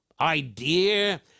idea